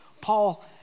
Paul